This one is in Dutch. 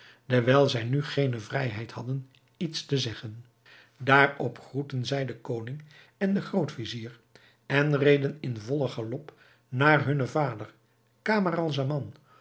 dewijl zij nu geene vrijheid hadden iets te zeggen daarop groetten zij den koning en den groot-vizier en reden in vollen galop naar hunnen vader